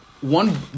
One